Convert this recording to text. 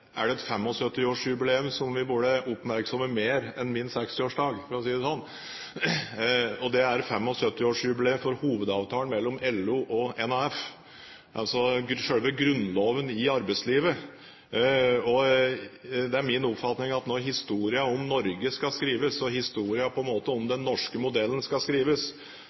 et 75-årsjubileum som vi burde være mer oppmerksomme på enn min 60-årsdag, for å si det sånn. Det er 75-årsjubileet for hovedavtalen mellom LO og NAF, selve grunnloven i arbeidslivet. Det er min oppfatning at når historien om Norge og den norske modellen skal skrives, vil samarbeidet som har vært mellom oss som arbeidstakere og